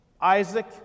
Isaac